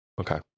okay